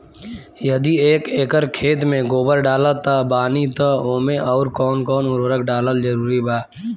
यदि एक एकर खेत मे गोबर डालत बानी तब ओमे आउर् कौन कौन उर्वरक डालल जरूरी बा?